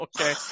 Okay